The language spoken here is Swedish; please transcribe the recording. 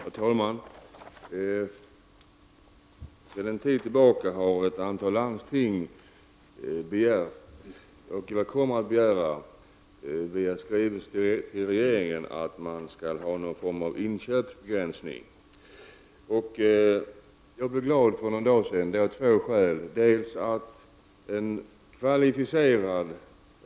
Herr talman! Sedan en tid tillbaka har ett antal landsting begärt, och kommer att begära, via skrivelser till regeringen att det skall införas någon form av inköpsbegränsning. För någon dag sedan blev jag av två skäl glad.